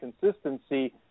consistency